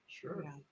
Sure